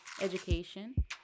education